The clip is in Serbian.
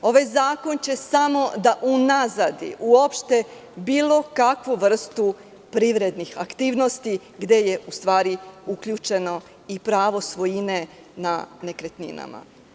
Ovaj zakon će samo da unazadi uopšte bilo kakvu vrstu privrednih aktivnosti, gde je u stvari uključeno i pravo svojine na nekretninama.